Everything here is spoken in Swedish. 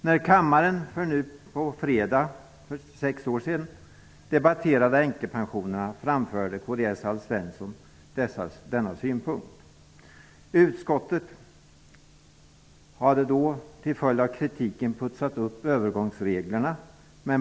När kammaren den 10 juni för sex år sedan debatterade änkepensionerna framförde kds Alf Svensson denna synpunkt. Utskottet hade då till följd av kritiken putsat upp övergångsreglerna.